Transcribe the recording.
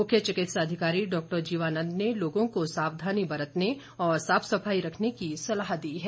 मुख्य चिकित्सा अधिकारी डॉक्टर जीवानंद ने लोगों को सावधानी बरतने और साफ सफाई रखने की सलाह दी है